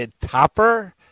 Topper